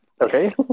okay